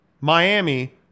Miami